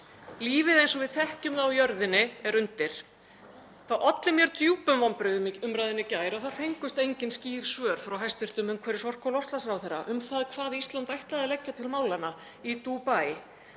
Lífið eins og við þekkjum það á jörðinni er undir. Það olli mér djúpum vonbrigðum í umræðunni í gær að það fengust engin skýr svör frá hæstv. umhverfis-, orku- og loftslagsráðherra um það hvað Ísland ætlaði að leggja til málanna í Dúbaí.